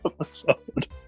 episode